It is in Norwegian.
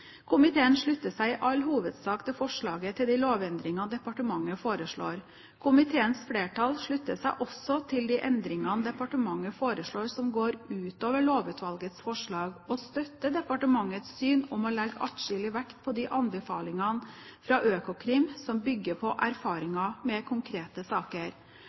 Komiteen slutter seg i all hovedsak til forslaget til de lovendringene departementet foreslår. Komiteens flertall slutter seg også til de endringene departementet foreslår som går ut over lovutvalgets forslag, og støtter departementets syn om å legge atskillig vekt på de anbefalingene fra Økokrim som bygger på erfaringer med konkrete saker.